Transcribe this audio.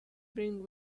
bring